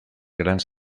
grans